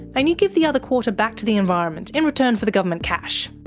and you give the other quarter back to the environment in return for the government cash.